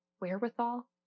wherewithal